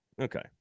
Okay